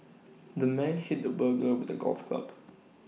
the man hit the burglar with A golf club